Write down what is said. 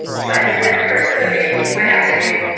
so i think i personally, i have to give,